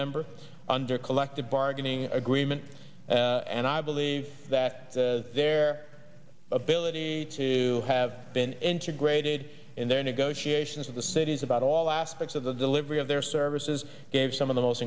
member under collective bargaining agreement and i believe that their ability to have been entered graded in their negotiations with the city's about all aspects of the delivery of their services gave some of the most